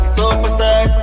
Superstar